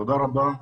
תודה רבה.